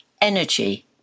energy